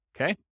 Okay